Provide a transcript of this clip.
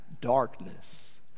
darkness